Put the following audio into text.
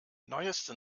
neueste